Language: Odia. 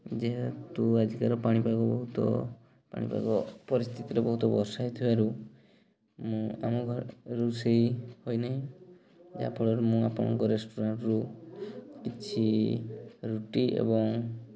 ଯେହେତୁ ଆଜିକା ପାଣିପାଗ ବହୁତ ପାଣିପାଗ ପରିସ୍ଥିତିରେ ବହୁତ ବର୍ଷା ହେଇଥିବାରୁ ମୁଁ ଆମ ଘରେ ରୋଷେଇ ହୋଇନାହିଁ ଯାହାଫଳରେ ମୁଁ ଆପଣଙ୍କ ରେଷ୍ଟୁରାଣ୍ଟ୍ରୁ କିଛି ରୁଟି ଏବଂ